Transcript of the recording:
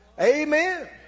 Amen